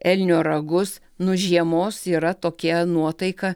elnio ragus nu žiemos yra tokia nuotaika